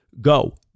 go